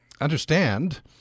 understand